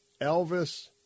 Elvis